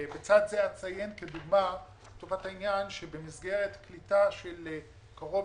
לצד זה אציין שבמסגרת קליטה של קרוב